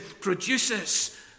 produces